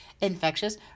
infectious